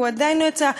והוא עדיין לא יצא.